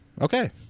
okay